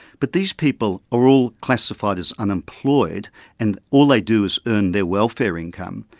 but these people are all classified as unemployed and all they do is earn their welfare income,